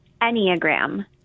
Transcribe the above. Enneagram